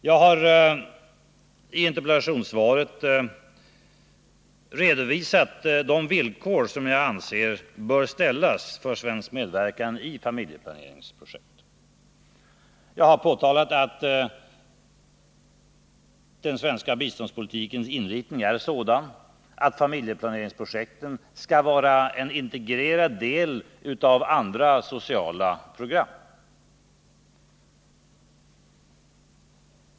Jag har i interpellationssvaret redovisat de villkor som jag anser bör ställas för svensk medverkan i familjeplaneringsprojekt. Jag har påtalat att den svenska biståndspolitikens inriktning är den att familjeplaneringsprojektet skall vara en integrerad del av andra sociala program.